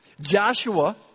Joshua